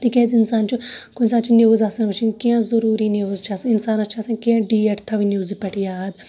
تہِ کیازِ انسان چھُ کُنہِ ساتہٕ چھِ نوٕز آسان وٕچھنۍ کیٚنٛہہ ضروٗری نوٕز چھِ آسان اِنسانَس چھِ آسان کیٚنٛہہ ڈیٹ تھاوٕنۍ نوزِ پٮ۪ٹھ یاد